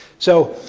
so,